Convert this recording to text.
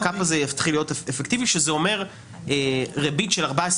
ה-קאפ הזה יתחיל להיות אפקטיבי כשזה או מר ריבית של 14